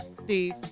Steve